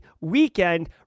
weekend